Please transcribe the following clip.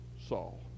Saul